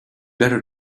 better